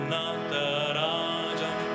Nataraja